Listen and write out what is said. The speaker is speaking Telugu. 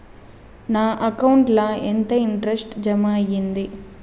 నా అకౌంట్ ల ఎంత ఇంట్రెస్ట్ జమ అయ్యింది?